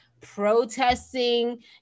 protesting